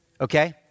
okay